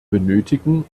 benötigen